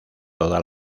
toda